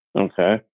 Okay